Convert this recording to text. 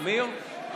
אמיר?